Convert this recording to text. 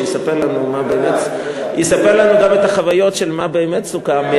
שיספר לנו את החוויות של מה באמת סוכם.